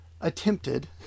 attempted